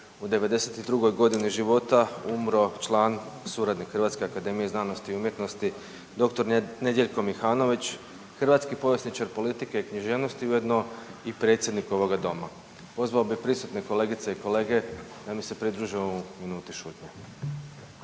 u 92.g. života umro član, suradnik HAZU dr. Nedjeljko Mihanović, hrvatski povjesničar politike i književnosti ujedno i predsjednik ovoga doma. Pozvao bih prisutne kolegice i kolege da mi se pridruže ovoj minuti šutnje.